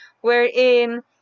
wherein